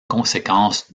conséquence